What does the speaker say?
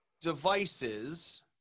devices